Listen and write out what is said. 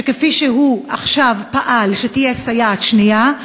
שכפי שהוא פעל עכשיו שתהיה סייעת שנייה,